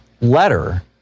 letter